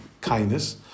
kindness